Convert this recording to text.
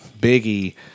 biggie